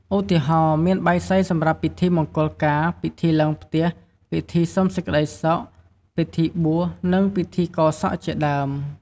ឧទាហរណ៍ មានបាយសីសម្រាប់ពិធីមង្គលការ ពិធីឡើងផ្ទះ ពិធីសុំសេចក្តីសុខ ពិធីបួស និងពិធីកោរសក់ជាដើម។